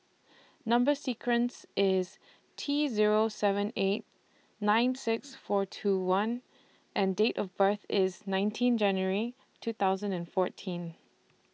Number sequence IS T Zero seven eight nine six four two one and Date of birth IS nineteen January two thousand and fourteen